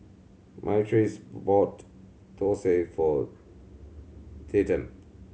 Myrtice bought thosai for Tatum